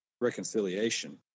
reconciliation